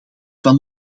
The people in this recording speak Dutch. van